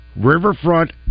Riverfront